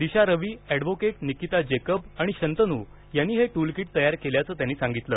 दिशा रवी आणि ऍडव्होकेट निकिता जॅकोब आणि शंतनू यांनी हे टूलकिट तयार केल्याचं त्यांनी सांगितलं